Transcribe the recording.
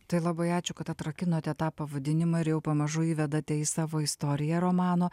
tai labai ačiū kad atrakinote tą pavadinimą ir jau pamažu įvedate į savo istoriją romano